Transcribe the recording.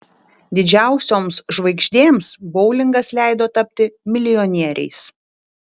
didžiausioms žvaigždėms boulingas leido tapti milijonieriais